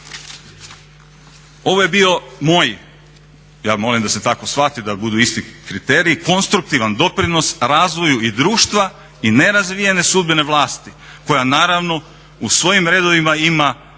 Ovo je bio moj, ja molim da se tako shvati i da budu isti kriteriji, konstruktivan doprinos razvoju i društva i nerazvijene sudbene vlasti koja naravno u svojim redovima ima